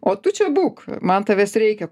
o tu čia būk man tavęs reikia